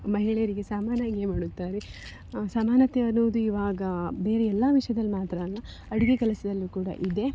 ಮಹಿಳೆಯರಿಗೆ ಸಮನಾಗಿಯೇ ಮಾಡುತ್ತಾರೆ ಸಮಾನತೆ ಅನ್ನೋದು ಇವಾಗ ಬೇರೆ ಎಲ್ಲ ವಿಷಯದಲ್ಲಿ ಮಾತ್ರ ಅಲ್ಲ ಅಡುಗೆ ಕೆಲಸದಲ್ಲೂ ಕೂಡ ಇದೆ